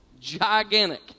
gigantic